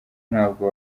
ntabwo